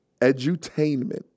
edutainment